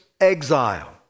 exile